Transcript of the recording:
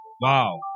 Wow